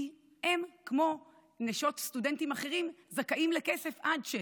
כי הן, כמו נשות סטודנטים אחרים, זכאיות לכסף עד,